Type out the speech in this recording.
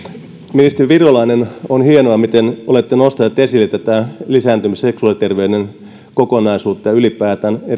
ministeri virolainen on hienoa miten olette nostanut esille tätä lisääntymis ja seksuaaliterveyden kokonaisuutta ja ylipäätään